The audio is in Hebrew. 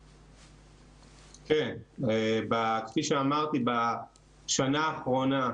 כן, כפי שאמרתי, בשנה האחרונה,